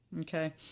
Okay